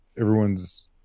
everyone's